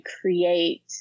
create